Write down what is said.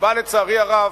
שלצערי הרב,